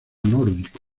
nórdico